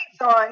on